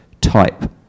type